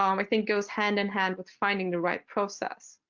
um i think, goes hand-in-hand with finding the right process.